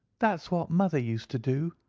that's what mother used to do.